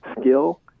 skill